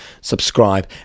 subscribe